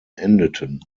endeten